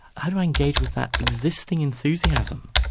how do i engage with that existing enthusiasm?